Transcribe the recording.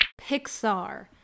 Pixar